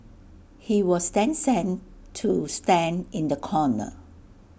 he was then sent to stand in the corner